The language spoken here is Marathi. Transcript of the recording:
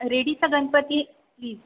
रेडीचा गणपती प्लीज